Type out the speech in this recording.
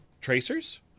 tracers